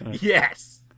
yes